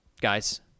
guys